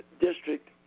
district